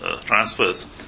transfers